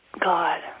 God